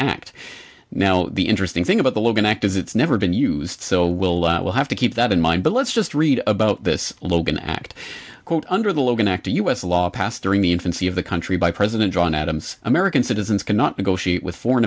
act now the interesting thing about the logan act is it's never been used so we'll we'll have to keep that in mind but let's just read about this logan act quote under the logan act u s law passed during the infancy of the country by president john adams american citizens cannot negotiate with foreign